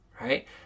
right